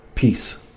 Peace